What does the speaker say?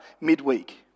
midweek